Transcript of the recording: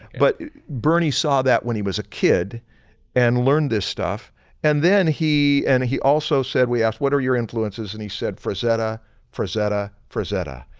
but bernie saw that when he was a kid and learned this stuff and then he and he also said we asked what are your influences and he said frazetta frazetta frazetta.